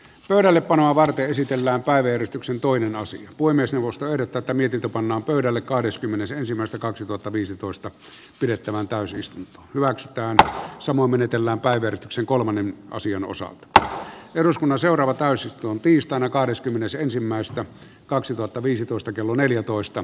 pöydällepanoa varten esitellään kaivertyksen toiminnassa voi myös avustanut tätä mietitä pannaan pöydälle kahdeskymmenes ensimmäistä kaksituhattaviisitoista ps pidettävän tai siis hyvä käydä samoin menetellään pää kertasi kolmannen osion osalta eduskunnan seuraava täysi tiistaina kahdeskymmenes ensimmäistä kaksituhattaviisitoista kello neljätoista